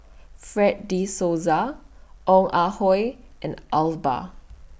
Fred De Souza Ong Ah Hoi and Iqbal